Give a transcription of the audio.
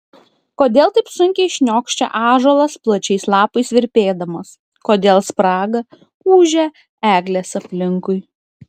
kodėl taip sunkiai šniokščia ąžuolas plačiais lapais virpėdamas kodėl spraga ūžia eglės aplinkui